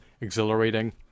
exhilarating